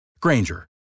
Granger